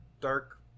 dark